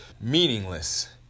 meaningless